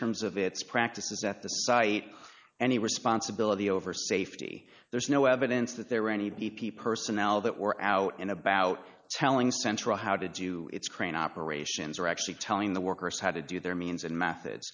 terms of its practices at the site any responsibility over safety there is no evidence that there were any b p personnel that were out and about telling central how to do its crane operations or actually telling the workers how to do their means and method